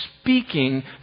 speaking